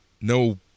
No